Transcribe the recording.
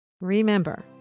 Remember